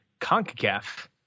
CONCACAF